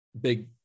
big